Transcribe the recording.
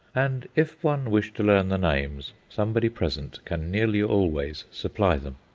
and if one wish to learn the names, somebody present can nearly always supply them.